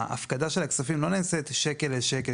ההפקדה של הכספים לא נעשית שקל לשקל.